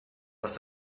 was